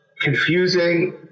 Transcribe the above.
confusing